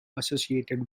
associated